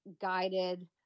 guided